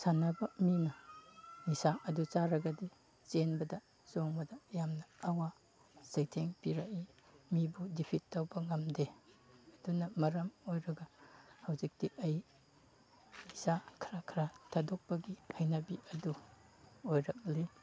ꯁꯥꯟꯅꯕ ꯃꯤꯅ ꯅꯤꯁꯥ ꯑꯗꯨ ꯆꯥꯔꯒꯗꯤ ꯆꯦꯟꯕꯗ ꯆꯣꯡꯕꯗ ꯌꯥꯝꯅ ꯑꯋꯥ ꯆꯩꯊꯦꯡ ꯄꯤꯔꯛꯏ ꯃꯤꯕꯨ ꯗꯤꯐꯤꯠ ꯇꯧꯕ ꯉꯝꯗꯦ ꯑꯗꯨꯅ ꯃꯔꯝ ꯑꯣꯏꯔꯒ ꯍꯧꯖꯤꯛꯇꯤ ꯑꯩ ꯅꯤꯁꯥ ꯈꯔ ꯈꯔ ꯊꯥꯗꯣꯛꯄꯒꯤ ꯍꯩꯅꯕꯤ ꯑꯗꯨ ꯑꯣꯏꯔꯛꯂꯤ